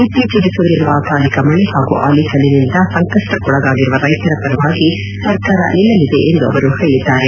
ಇತ್ತೀಚೆಗೆ ಸುರಿದಿರುವ ಅಕಾಲಿಕ ಮಳೆ ಹಾಗೂ ಆಲಿಕಲ್ಲಿನಿಂದ ಸಂಕಪ್ಪಕ್ಕೊಳಗಾಗಿರುವ ರೈತರ ಪರವಾಗಿ ಸರ್ಕಾರ ನಿಲ್ಲಲಿದೆ ಎಂದು ಹೇಳಿದ್ದಾರೆ